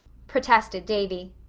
protested davy.